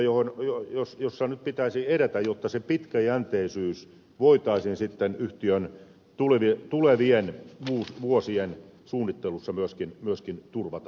nämä on kaikki asioita joissa nyt pitäisi edetä jotta se pitkäjänteisyys voitaisiin sitten yhtiön tulevien vuosien suunnittelussa myöskin turvata